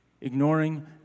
Ignoring